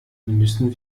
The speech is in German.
müssen